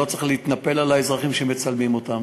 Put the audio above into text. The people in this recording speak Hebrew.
לא צריך להתנפל על האזרחים שמצלמים אותם.